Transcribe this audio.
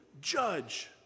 judge